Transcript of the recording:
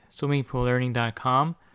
swimmingpoollearning.com